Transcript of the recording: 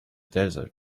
desert